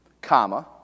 comma